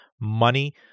Money